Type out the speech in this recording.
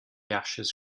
ashes